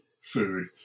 food